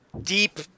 Deep